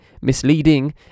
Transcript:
misleading